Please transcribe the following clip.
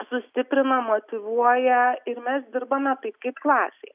sustiprina motyvuoja ir mes dirbame taip kaip klasėj